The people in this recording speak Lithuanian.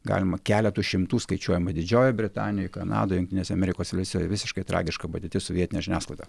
galima keletu šimtų skaičiuojama didžiojoj britanijoj kanadoj jungtinėse amerikos valstijo visiškai tragiška padėtis su vietine žiniasklaida